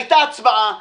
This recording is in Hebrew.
היתה הצבעה,